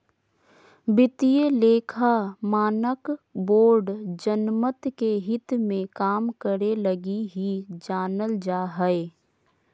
वित्तीय लेखा मानक बोर्ड जनमत के हित मे काम करे लगी ही जानल जा हय